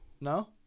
No